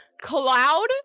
cloud